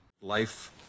Life